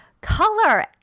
color